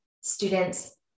students